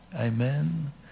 amen